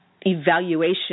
evaluation